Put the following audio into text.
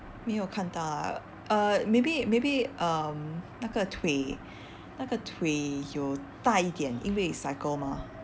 没有看到 uh maybe maybe um 那个腿那个腿有大一点因为 cycle mah